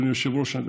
אדוני היושב-ראש,